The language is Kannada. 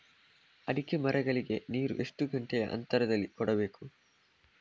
ಅಡಿಕೆ ಮರಗಳಿಗೆ ನೀರು ಎಷ್ಟು ಗಂಟೆಯ ಅಂತರದಲಿ ಕೊಡಬೇಕು?